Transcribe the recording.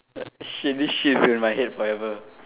shit this shit is in my head forever